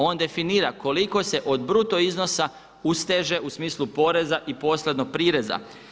On definira koliko se od bruto iznosa usteže u smislu poreza i posebno prireza.